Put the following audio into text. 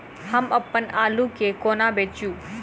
हम अप्पन आलु केँ कोना बेचू?